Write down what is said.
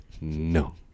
no